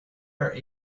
are